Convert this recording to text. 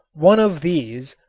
one of these,